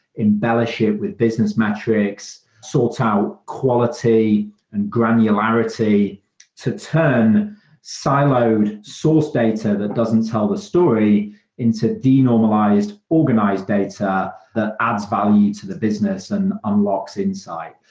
embellish it with business metrics, sort our quality and granularity to turn siloed source data that doesn't tell the story into de-normalized organized data that adds value to the business and unlocks insight.